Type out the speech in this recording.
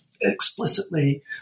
explicitly